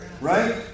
Right